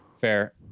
Fair